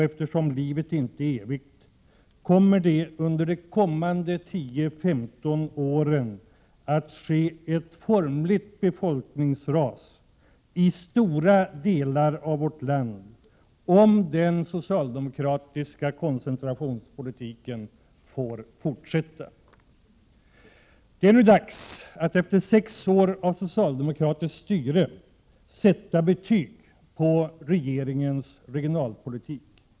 Eftersom livet inte är evigt, kommer det under de kommande 10—15 åren att ske ett formligt befolkningsras i stora delar av vårt land, om den socialdemokratiska koncentrationspolitiken får fortsätta. Det är nu dags att, som sagt, efter sex år av socialdemokratiskt styre sätta betyg på regeringens regionalpolitik.